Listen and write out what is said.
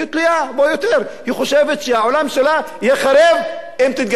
היא חושבת שהעולם שלה ייחרב אם היא תתגרש ממנו,